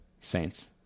Saints